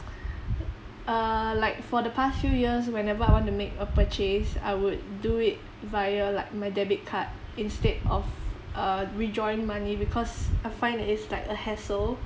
uh like for the past few years whenever I want to make a purchase I would do it via like my debit card instead of uh withdrawing money because I find that it is like a hassle